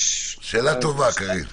יש כוח אדם?